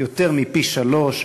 יותר מפי-שלושה.